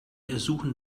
ersuchen